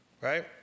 Right